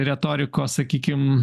retorikos sakykim